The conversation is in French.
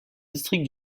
district